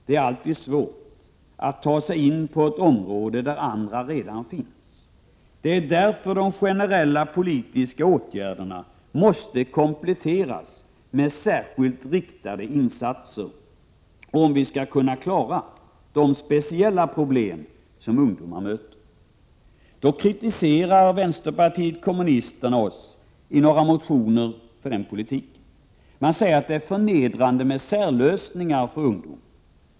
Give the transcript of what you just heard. Det är alltid svårt att ta sig in på ett område där andra redan finns. Det är därför de generella politiska åtgärderna måste kompletteras med särskilt riktade insatser, om vi skall kunna klara de speciella problem som ungdomar har. Vänsterpartiet kommunisterna kritiserar i några motioner oss för den politiken. Man säger att det är förnedrande med särlösningar för ungdom.